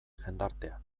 jendartea